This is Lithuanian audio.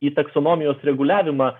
į taksonomijos reguliavimą